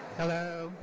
hello,